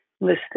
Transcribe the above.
listed